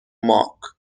mark